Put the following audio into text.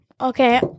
Okay